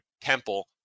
Temple